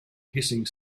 hissing